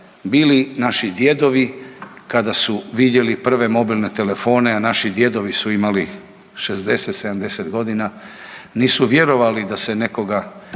bili naši djedovi kada su vidjeli prve mobilne telefone, a naši djedovi su imali 60, 70 godina, nisu vjerovali da se nekoga